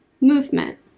Movement